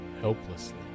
helplessly